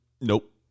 nope